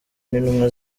n’intumwa